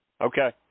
Okay